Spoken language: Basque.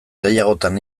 gehiagotan